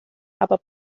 aber